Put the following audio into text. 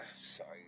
sorry